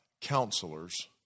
counselors